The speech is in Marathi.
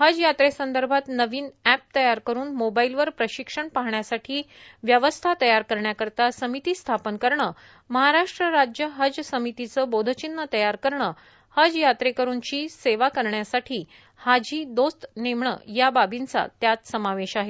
हज यात्रेसंदर्भात नविन अप्र तयार करून मोबाईलवर प्रशिक्षण पाहण्यासाठी व्यवस्था तयार करण्याकरिता समिती स्थापन करण महाराष्ट्र राज्य हज समितीच बोधचिन्ह तयार करण हज यात्रेकरूंची सेवा करण्यासाठी हाजी दोस्त नेमण इत्यादी बार्बीच्या यात समावेश आहे